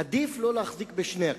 עדיף לא להחזיק בשני הקצוות.